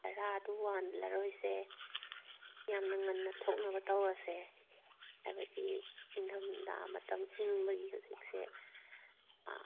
ꯆꯔꯥꯗꯨ ꯋꯥꯜꯂꯔꯣꯏꯁꯦ ꯌꯥꯝꯅ ꯉꯟꯅ ꯊꯣꯛꯅꯕ ꯇꯧꯔꯁꯦ ꯍꯥꯏꯕꯗꯤ ꯅꯤꯡꯊꯝ ꯊꯥ ꯃꯇꯝ ꯏꯪꯕꯒꯤ ꯍꯧꯖꯤꯛꯁꯦ ꯑꯥ